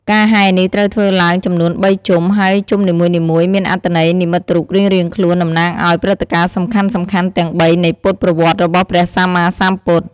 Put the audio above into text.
ការហែរនេះត្រូវធ្វើឡើងចំនួន ៣ ជុំ ហើយជុំនីមួយៗមានអត្ថន័យនិមិត្តរូបរៀងៗខ្លួន តំណាងឱ្យព្រឹត្តិការណ៍សំខាន់ៗទាំងបីនៃពុទ្ធប្រវត្តិរបស់ព្រះសម្មាសម្ពុទ្ធ។